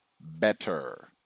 better